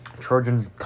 Trojan